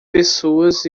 pessoas